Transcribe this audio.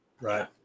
Right